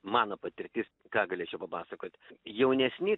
mano patirtis ką galėčiau papasakot jaunesni